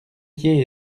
pieds